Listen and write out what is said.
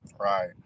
Right